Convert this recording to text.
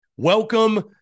Welcome